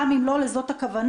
גם אם לא לכך הכוונה.